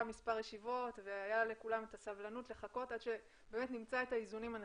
מספר ישיבות והיה לכולם את הסבלנות לחכות עד שנמצא את האיזונים הנכונים.